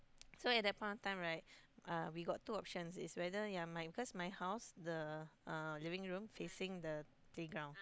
so at that point of time right uh we got two options is whether ya my cause my house the living room facing the playground